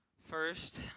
First